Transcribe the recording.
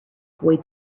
boy